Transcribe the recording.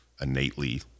innately